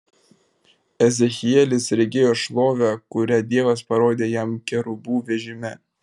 ezechielis regėjo šlovę kurią dievas parodė jam kerubų vežime